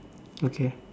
okay